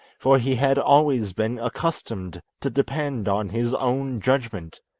for he had always been accustomed to depend on his own judgment.